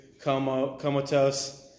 comatose